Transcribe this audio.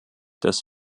des